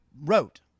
wrote